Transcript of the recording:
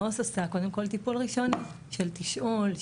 העו"ס עושה קודם כל טיפול ראשוני של תשאול,